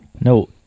No